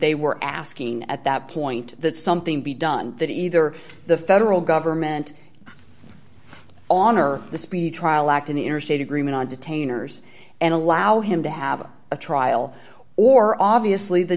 they were asking at that point that something be done that either the federal government on are the speedy trial act in the interstate agreement on detainers and allow him to have a trial or obviously the